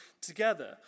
together